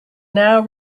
now